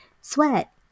sweat